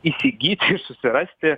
įsigyti susirasti